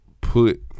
put